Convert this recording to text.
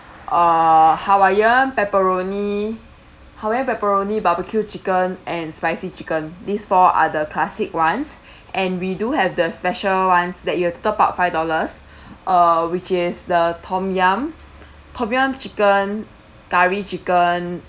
uh hawaiian pepperoni hawaiian pepperoni barbecue chicken and spicy chicken these four are the classic ones and we do have the special ones that you have to top up five dollars uh which is the tom yum tom yum chicken curry chicken